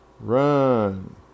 Run